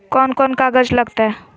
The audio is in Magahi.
कौन कौन कागज लग तय?